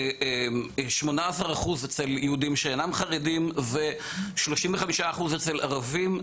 18% אצל יהודים שאינם חרדים, ו-35% אצל ערבים.